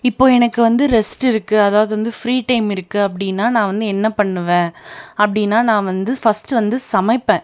இப்போது எனக்கு வந்து ரெஸ்ட் இருக்குது அதாவது வந்து ஃப்ரீ டைம் இருக்குது அப்படின்னா நான் வந்து என்ன பண்ணுவேன் அப்படின்னா நான் வந்து ஃபஸ்ட்டு வந்து சமைப்பேன்